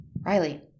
Riley